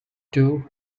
two